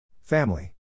Family